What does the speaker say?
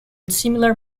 similar